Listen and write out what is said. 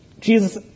Jesus